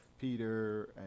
Peter